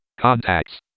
contacts